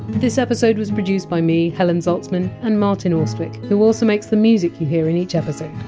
this episode was produced by me, helen zaltzman, and martin austwick, who also makes the music you hear in each episode.